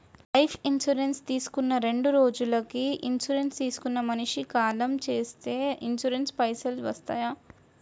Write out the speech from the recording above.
Life insurance తీసుకున్న రెండ్రోజులకి insurance తీసుకున్న మనిషి కాలం చేస్తే ఇన్సూరెన్స్ పైసల్ వస్తయా?